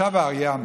ישב האריה,